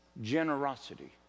Generosity